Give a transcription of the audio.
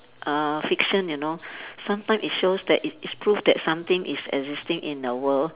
uh fiction you know sometimes it shows that it it's proof that something is existing in the world